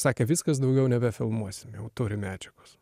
sakė viskas daugiau nebefilmuosim jau turim medžiagos